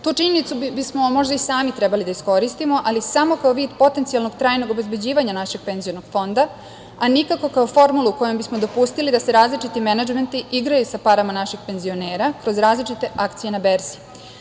Tu činjenicu bismo možda sami trebali da iskoristimo, ali samo kao vid potencijalnog trajnog obezbeđivanja našeg penzionog fonda, a nikako kao formulu kojom bismo dopustili da se različiti menadžmenti igraju sa parama naših penzionera kroz različite akcije na berzi.